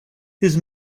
his